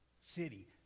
city